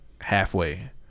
Halfway